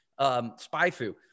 SpyFu